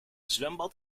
zwembad